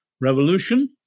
revolution